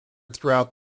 throughout